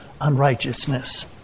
unrighteousness